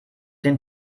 den